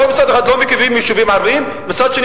אבל מצד אחד לא מקימים יישובים ערביים ומצד שני